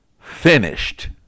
finished